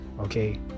okay